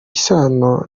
isano